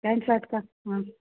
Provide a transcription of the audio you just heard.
pant shirt का हाँ